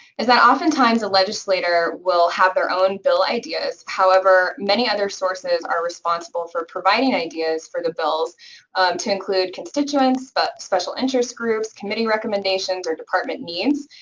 is that oftentimes a legislator will have their own bill ideas. however, many other sources are responsible for providing ideas for the bills to include constituents, but special interest groups, committee recommendations, or department needs,